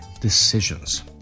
decisions